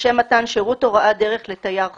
לשם מתן שירות הוראת דרך לתייר חוץ.